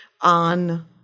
on –